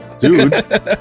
dude